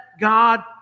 God